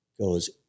goes